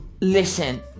Listen